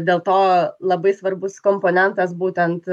dėl to labai svarbus komponentas būtent